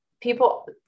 people